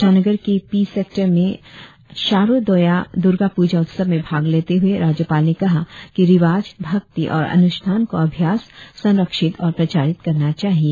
ईटानगर के P sector में शारोदोया दूर्गा पूजा उत्सव में भाग लेते हुए राज्यपाल ने कहा कि रिवाज भक्ति और अनुष्ठान को अभ्यास संरक्षित और प्रचारित करना चाहिए